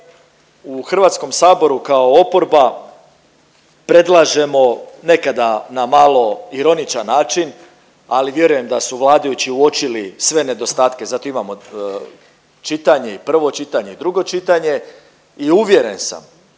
u Hrvatskom saboru kao oporba predlažemo nekada na malo ironičan način, ali vjerujem da su vladajući uočili sve nedostatke zato imamo čitanje i prvo čitanje i drugo čitanje i uvjeren sam,